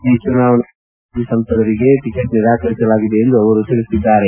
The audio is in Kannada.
ಈ ಚುನಾವಣೆಯಲ್ಲಿ ಹತ್ತು ಮಂದಿ ಹಾಲ ಸಂಸದರಿಗೆ ಟಕೆಟ್ ನಿರಾಕರಿಸಲಾಗಿದೆ ಎಂದು ಅವರು ಹೇಳಿದ್ದಾರೆ